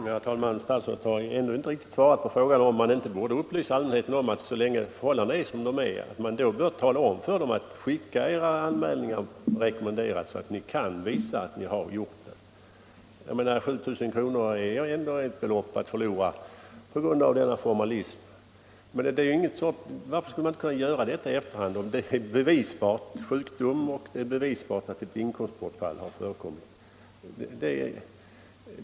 Herr talman! Statsrådet har ännu inte riktigt svarat på frågan om man inte borde upplysa allmänheten om att så länge förhållandena är som de är bör de försäkrade skicka sina anmälningar i rekommenderat brev så att de kan visa att de har sänt in dem. Jag menar att 7000 kr. är ett stort belopp att förlora på grund av formalism. Varför skulle man inte kunna betala ut detta i efterhand, när sjukdomen är bevisbar och det kan bevisas att ett inkomstbortfall har förekommit?